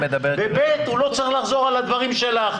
וב' הוא לא צריך לחזור על הדברים שלך.